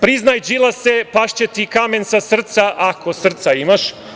Priznaj, Đilase, pašće ti kamen sa srca, ako srca imaš.